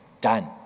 done